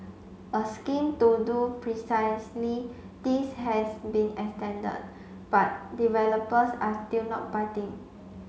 a scheme to do precisely this has been extended but developers are still not biting